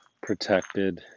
protected